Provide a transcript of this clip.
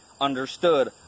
understood